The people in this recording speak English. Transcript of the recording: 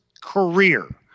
career